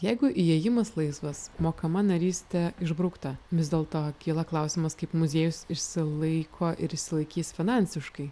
jeigu įėjimas laisvas mokama narystė išbraukta vis dėl to kyla klausimas kaip muziejus išsilaiko ir išsilaikys finansiškai